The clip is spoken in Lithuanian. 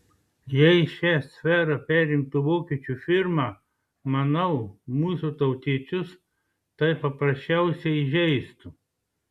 jei šią sferą perimtų vokiečių firma manau mūsų tautiečius tai paprasčiausiai įžeistų